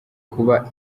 kuba